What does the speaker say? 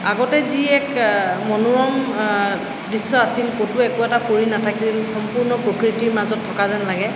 আগতে যি এক মনোৰম দৃশ্য আছিল ক'তো একো এটা পৰি নাথাকিল সম্পূৰ্ণ প্ৰকৃতিৰ মাজত থকা যেন লাগে